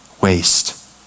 waste